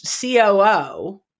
COO